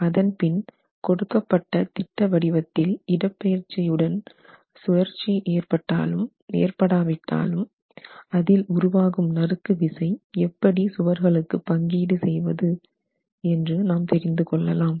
அதன்பின் கொடுக்கப்பட்ட திட்ட வடிவத்தில் இடப்பெயர்ச்சி உடன் சுழற்சி ஏற்பட்டாலும் ஏற்படாவிட்டாலும் அதில் உருவாகும் நறுக்கு விசை எப்படி சுவர்களுக்கு பங்கீடு செய்வது என்று நாம் தெரிந்து கொள்ளலாம்